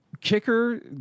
kicker